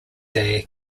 day